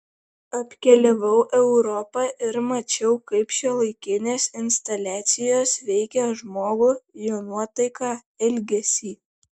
apkeliavau europą ir mačiau kaip šiuolaikinės instaliacijos veikia žmogų jo nuotaiką elgesį